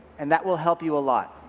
and that will help you a lot.